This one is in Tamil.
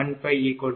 0 225